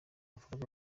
amafaranga